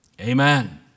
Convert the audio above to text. Amen